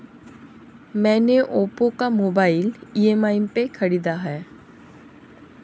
मैने ओप्पो का mobile EMI पे खरीदा है